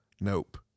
Nope